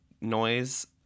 noise